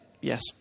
Yes